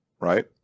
right